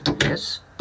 Yes